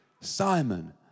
Simon